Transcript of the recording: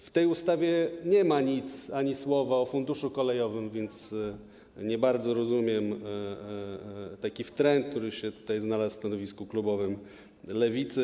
W tej ustawie nie ma nic, ani słowa o Funduszu Kolejowym, więc nie bardzo rozumiem taki wtręt, który się tutaj znalazł w stanowisku klubowym Lewicy.